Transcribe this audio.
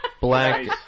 Black